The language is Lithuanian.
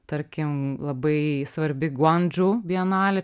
tarkim labai svarbi guan džu bienalė